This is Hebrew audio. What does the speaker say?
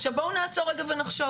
עכשיו בואו נעצור רגע ונחשוב,